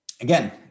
again